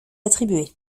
attribué